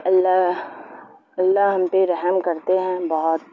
اللہ اللہ ہم پہ رحم کرتے ہیں بہت